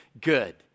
good